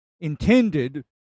intended